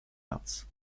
herz